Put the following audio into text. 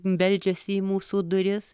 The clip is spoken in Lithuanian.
beldžiasi į mūsų duris